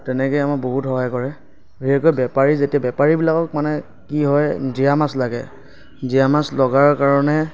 তেনেকেই আমাক বহুত সহায় কৰে বিশেষকৈ বেপাৰী যেতিয়া বেপাৰীবিলাকক মানে কি হয় জীয়া মাছ লাগে জীয়া মাছ লগাৰ কাৰণে